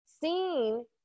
seen